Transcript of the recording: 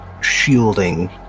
shielding